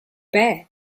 bed